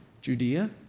Judea